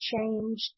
changed